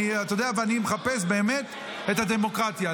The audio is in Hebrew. ואני מחפש באמת את הדמוקרטיה.